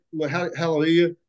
Hallelujah